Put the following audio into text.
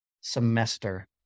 semester